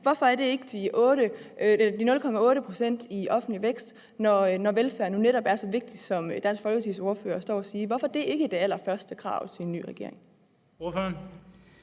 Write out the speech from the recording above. Hvorfor er det ikke de 0,8 pct. i offentlig vækst, når velfærd jo netop er så vigtig, som Dansk Folkepartis ordfører står og siger? Hvorfor er det ikke det allerførste krav til en ny regering?